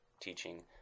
teaching